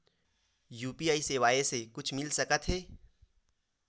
UPI सेवाएं से कुछु मिल सकत हे?